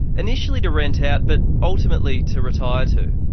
initially to rent out, but ultimately to retire to.